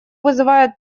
вызывает